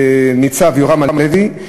ניצב יורם הלוי,